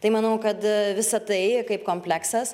tai manau kad visa tai kaip kompleksas